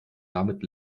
damit